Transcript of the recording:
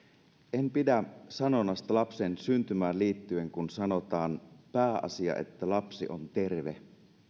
en pidä siitä sanonnasta lapsen syntymään liittyen kun sanotaan että pääasia että lapsi on terve